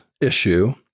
issue